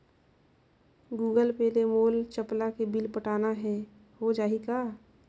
Google Pay ले मोल चपला के बिल पटाना हे, हो जाही का?